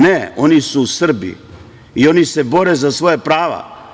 Ne, oni su Srbi i oni se bore za svoja prava.